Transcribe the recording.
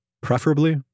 preferably